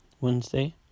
Wednesday